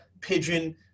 Pigeon